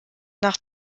nach